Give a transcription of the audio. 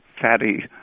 fatty